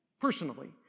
personally